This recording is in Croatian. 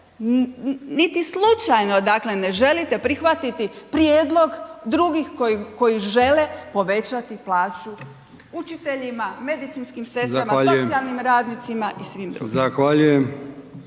niti slučajno dakle ne želite prihvatiti prijedlog drugih koji žele povećati plaću učiteljima, medicinskim sestrama, socijalnim radnicima i svim drugim.